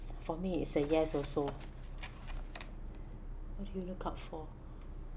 for me it's a yes also what do you look out for